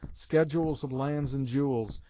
schedules of lands and jewels,